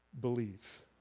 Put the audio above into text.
believe